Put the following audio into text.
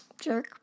Jerk